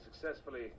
successfully